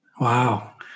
Wow